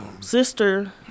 Sister